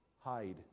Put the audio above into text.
Hide